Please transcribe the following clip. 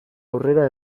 aurrera